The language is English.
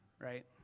right